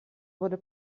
wurde